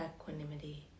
equanimity